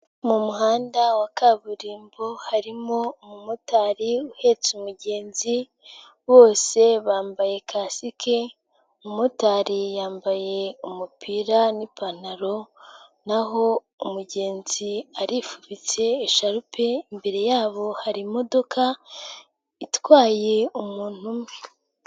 Mu muhanda wa kaburimbo, harimo umumotari uhetse umugenzi, bose bambaye kasike, umumotari yambaye umupira n'ipantaro naho umugenzi arifubitse esharupe, imbere yabo hari imodoka, itwaye umuntu umwe.